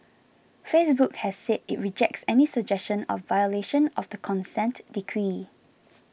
Facebook has said it rejects any suggestion of violation of the consent decree